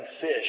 fish